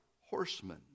horsemen